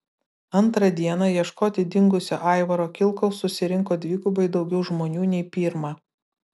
antrą dieną ieškoti dingusio aivaro kilkaus susirinko dvigubai daugiau žmonių nei pirmą